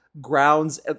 grounds